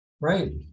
Right